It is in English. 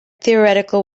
theoretical